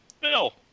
Bill